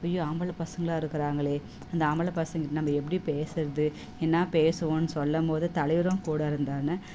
அய்யோ ஆம்பளை பசங்களாக இருக்கிறாங்களே இந்த ஆம்பளை பசங்க நம்ம எப்படி பேசுறது என்னா பேசுவோம்னு சொல்லும் போது தலைவரும் கூட இருந்தான்னு